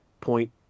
point